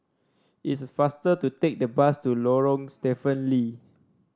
it's faster to take the bus to Lorong Stephen Lee